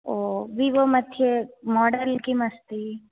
ओ Vivo मध्ये model किमस्ति